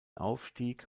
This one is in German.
aufstieg